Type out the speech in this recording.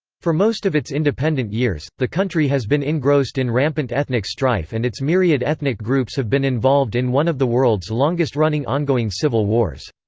for most of its independent years, the country has been engrossed in rampant ethnic strife and its myriad ethnic groups have been involved in one of the world's longest-running ongoing civil wars.